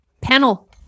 panel